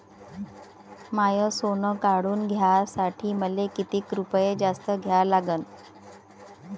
माय सोनं काढून घ्यासाठी मले कितीक रुपये जास्त द्या लागन?